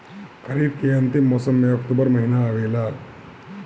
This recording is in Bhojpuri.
खरीफ़ के अंतिम मौसम में अक्टूबर महीना आवेला?